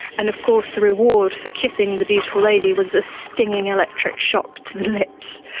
and of course the reward for kissing the beautiful lady was a stinging electric shock to the lips.